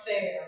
Fair